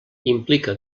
implica